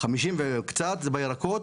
50 וקצת אחוזים הם בירקות,